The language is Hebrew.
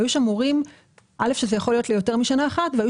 היו שם הורים שזה יכול להיות יותר משנה אחת והיו